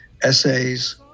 Essays